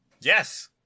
Yes